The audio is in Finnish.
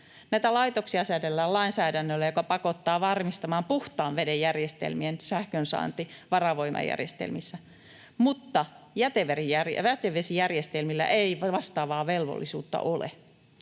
Näitä laitoksia säädellään lainsäädännöllä, joka pakottaa varmistamaan puhtaan veden järjestelmien sähkönsaannin varavoimajärjestelmissä, mutta jätevesijärjestelmillä ei vastaavaa velvollisuutta ole.